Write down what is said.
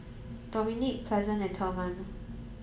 Dominick Pleasant and Thurman